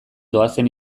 doazen